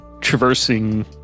traversing